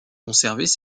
conservées